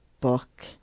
book